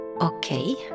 okay